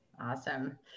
Awesome